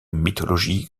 mythologie